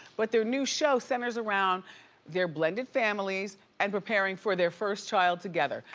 but their new show centers around their blended families and preparing for their first child together.